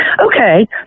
Okay